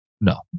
No